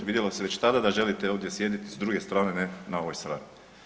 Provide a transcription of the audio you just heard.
Vidjelo se već tada da želite ovdje sjediti s druge strane, ne na ovoj strani.